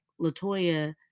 LaToya